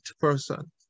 person